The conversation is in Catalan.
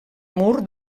mur